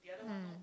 mm